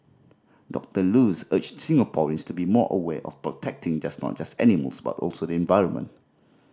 Doctor Luz urged Singaporeans to be more aware of protecting just not just animals but also the environment